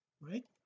right